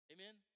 Amen